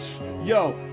yo